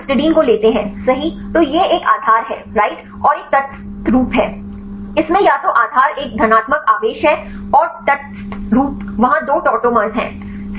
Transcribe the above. फिर यदि आप हिस्टडीन को लेते हैं सही तो यह एक आधार है राइट और एक तटस्थ रूप है इसमें या तो आधार एक धनात्मक आवेश है और तटस्थ रूप वहाँ दो टॉटोमर्स है